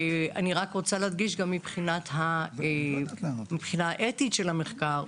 אני רק רוצה להדגיש גם מבחינה אתית של המחקר,